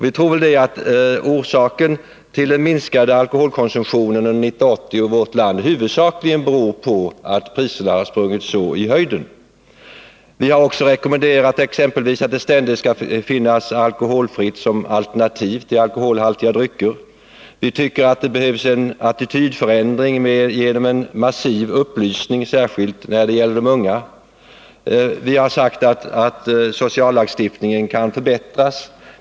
Vi tror att den minskade alkoholkonsumtionen 1980 i vårt land huvudsakligen beror på att priserna har sprungit så i höjden. Vi har också rekommenderat exempelvis att det ständigt skall finnas alkoholfritt som alternativ till alkoholhaltiga drycker. Vi tycker att det behövs en attitydförändring genom en massiv upplysning, särskild när det gäller de unga. Vi har sagt att sociallagstiftningen kan förbättras.